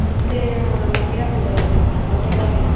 कितले किऱ्याक म्हूण जाय ते मिट मोटे काय बारीक